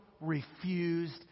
refused